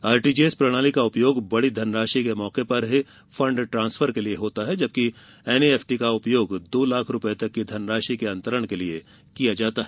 RTGS प्रणाली का उपयोग बड़ी धनराशि के मौके पर ही फंड ट्रांसफर के लिए होता है जबकि एनईएफटी का उपयोग दो लाख रुपए तक की धनराशि के अंतरण के लिए किया जाता है